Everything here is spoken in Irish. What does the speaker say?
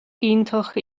iontach